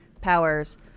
powers